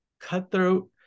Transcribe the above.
cutthroat